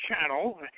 Channel